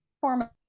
form